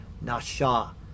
nasha